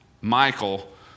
Michael